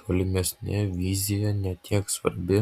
tolimesnė vizija ne tiek svarbi